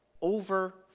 over